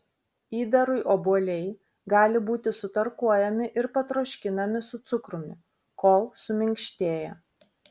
įdarui obuoliai gali būti sutarkuojami ir patroškinami su cukrumi kol suminkštėja